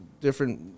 different